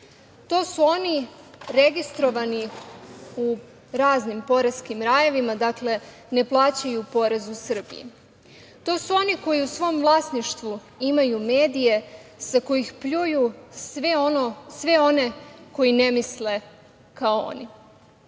To su oni registrovani u raznim poreskim rajevima, dakle, ne plaćaju porez u Srbiji. To su oni koji u svom vlasništvu imaju medije sa kojih pljuju sve one koji ne misle kao